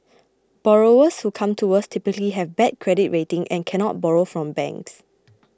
borrowers who come to us typically have bad credit rating and cannot borrow from banks